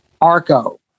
arco